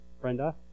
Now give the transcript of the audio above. Brenda